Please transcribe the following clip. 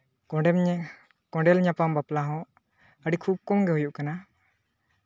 ᱠᱚᱸᱰᱮᱞ ᱠᱚᱸᱰᱮᱞ ᱧᱟᱯᱟᱢ ᱵᱟᱯᱞᱟ ᱦᱚᱸ ᱟᱹᱰᱤ ᱠᱷᱩᱵᱽ ᱠᱚᱢ ᱜᱮ ᱦᱩᱭᱩᱜ ᱠᱟᱱᱟ